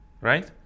right